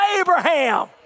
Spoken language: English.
Abraham